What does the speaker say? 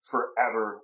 Forever